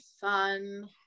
fun